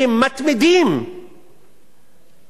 כל שבוע אנחנו שומעים מעל הבמה את